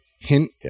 hint